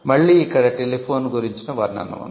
మళ్ళీ ఇక్కడ టెలిఫోన్ గురించిన వర్ణన ఉంది